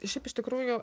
šiaip iš tikrųjų